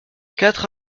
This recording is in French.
quatre